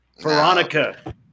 veronica